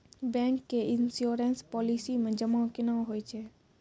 Bank के insurance policy मे जमा केना होय छै?